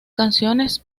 canciones